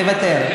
מוותר.